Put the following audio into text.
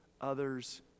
others